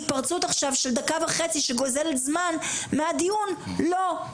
התפרצות עכשיו של דקה וחצי שגוזלת זמן מהדיון לא.